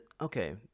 okay